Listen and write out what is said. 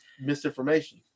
misinformation